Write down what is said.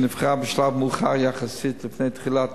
שנבחרה בשלב מאוחר יחסית לפני תחילת